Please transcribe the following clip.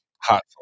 hot